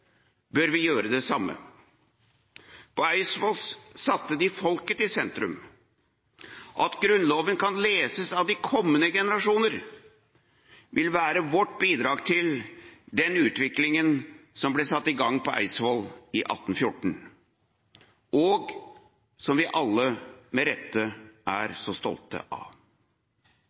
bør vi gjøre det samme. På Eidsvoll satte de folket i sentrum. At Grunnloven kan leses av de kommende generasjoner, vil være vårt bidrag til den utviklingen som ble satt i gang på Eidsvoll i 1814, og som vi alle, med rette, er så stolte av.